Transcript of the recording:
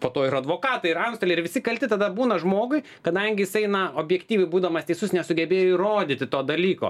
po to ir advokatai ir antstoliai ir visi kalti tada būna žmogui kadangi jisai na objektyviai būdamas teisus nesugebėjo įrodyti to dalyko